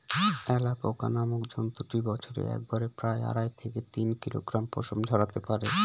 alpaca নামক জন্তুটি বছরে একবারে প্রায় আড়াই থেকে তিন কিলোগ্রাম পশম ঝোরাতে পারে